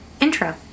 intro